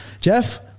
Jeff